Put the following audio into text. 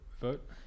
vote